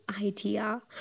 idea